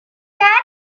catch